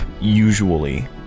usually